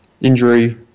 injury